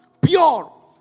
pure